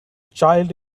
child